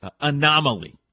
anomaly